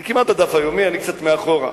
זה כמעט הדף היומי, אני קצת מאחורה.